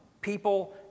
people